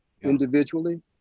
individually